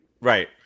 Right